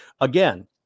Again